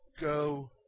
Go